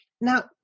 Now